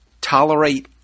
Tolerate